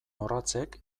orratzek